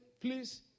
please